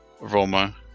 Roma